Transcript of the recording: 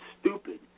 stupid